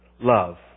love